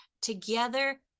together